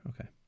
Okay